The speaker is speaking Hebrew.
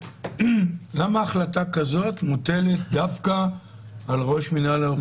למה החלטה כזאת מוטלת דווקא על ראש מינהל האוכלוסין?